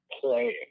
playing